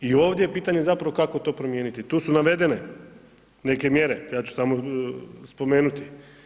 I ovdje je pitanje zapravo kako to promijeniti, tu su navedene neke mjere, ja ću samo spomenuti.